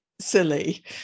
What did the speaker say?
silly